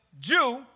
Jew